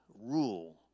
rule